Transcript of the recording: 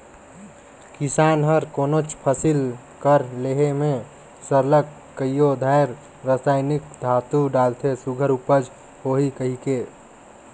किसान हर कोनोच फसिल कर लेहे में सरलग कइयो धाएर रसइनिक खातू डालथे सुग्घर उपज होही कहिके